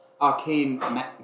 arcane